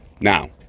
Now